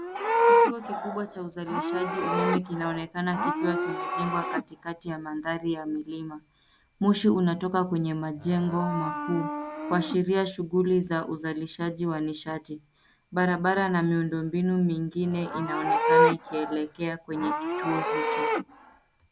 Kituo kikubwa cha uzalishaji umeme kinaonekana kikiwa kimejengwa katikati ya mandhari ya milima. Moshi unatoka kwenye majengo makuu, kuashiria shughuli za uzalishaji wanishati. Barabara na miundo mbinu mingine, inaonekana ikielekea kwenye kituo hicho.